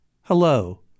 hello